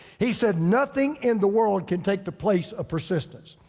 he said, nothing in the world can take the place of persistence.